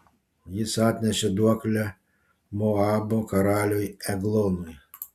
jis atnešė duoklę moabo karaliui eglonui